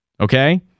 Okay